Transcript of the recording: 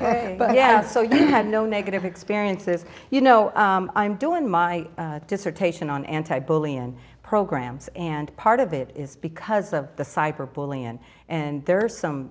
ok but yeah so you had no negative experiences you know i'm doing my dissertation on anti bully and programs and part of it is because of the cyber bullying and there are some